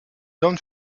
don